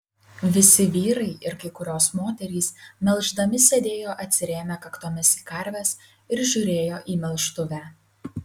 visi vyrai ir kai kurios moterys melždami sėdėjo atsirėmę kaktomis į karves ir žiūrėjo į melžtuvę